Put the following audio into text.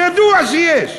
זה ידוע שיש.